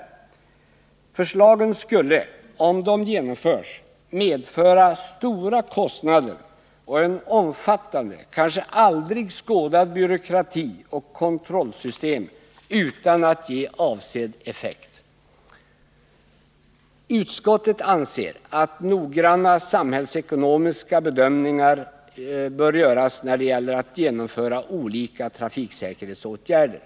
Förslagen skulle, om de genomfördes, medföra stora kostnader och en omfattande, kanske aldrig skådad, byråkrati och ett rigoröst kontrollsystem utan att ge avsedd effekt. Utskottet anser att noggranna samhällsekonomiska bedömningar bör göras när det gäller att genomföra olika trafiksäkerhetsåtgärder.